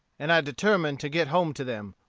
and i determined to get home to them,